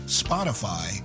spotify